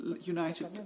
united